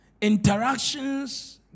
interactions